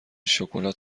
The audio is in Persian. شکلات